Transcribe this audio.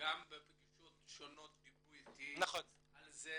גם בפגישות שונות דיברו איתי על זה